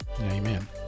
amen